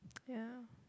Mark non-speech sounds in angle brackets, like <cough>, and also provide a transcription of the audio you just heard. <noise> yeah